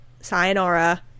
sayonara